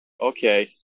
Okay